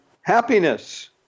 happiness